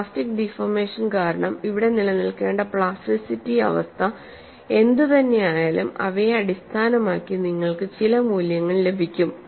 plastic deformation കാരണം ഇവിടെ നിലനിൽക്കേണ്ട പ്ലാസ്റ്റിറ്റി അവസ്ഥ എന്തുതന്നെയായാലും അവയെ അടിസ്ഥാനമാക്കി നിങ്ങൾക്ക് ചില മൂല്യങ്ങൾ ലഭിക്കും